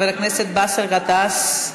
חבר הכנסת באסל גטאס,